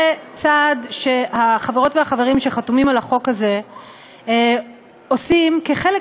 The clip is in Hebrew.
זה צעד שהחברות והחברים שחתומים על החוק הזה עושים כחלק